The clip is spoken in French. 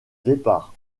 départ